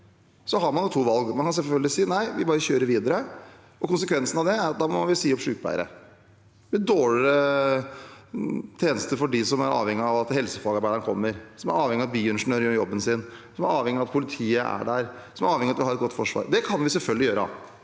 har man to valg. Man kan selvfølgelig si: Nei, vi bare kjører videre. Konsekvensene av det er at vi må si opp sykepleiere. Det blir dårligere tjenester for dem som er avhengig av at helsefagarbeideren kommer, som er avhengig av at bioingeniøren gjør jobben sin, som er avhengig av at politiet er der, som er avhengig av at vi har et godt forsvar. Det kan vi selvfølgelig gjøre.